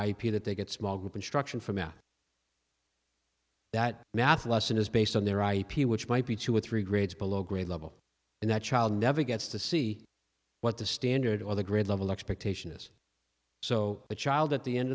ip that they get small group instruction for math that math lesson is based on their ip which might be two or three grades below grade level and that child never gets to see what the standard or the grade level expectation is so a child at the end